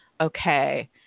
okay